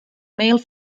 male